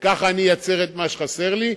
כך אני אייצר את מה שחסר לי,